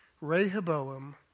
Rehoboam